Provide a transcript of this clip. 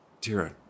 Tira